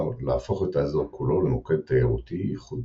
להפוך את האזור כולו למוקד תיירות ייחודי.